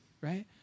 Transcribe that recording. right